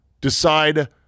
decide